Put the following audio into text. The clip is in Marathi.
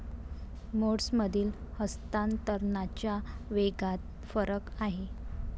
मोड्समधील हस्तांतरणाच्या वेगात फरक आहे